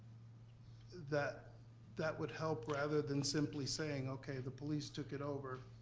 that that would help rather than simply saying, okay, the police took it over.